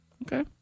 Okay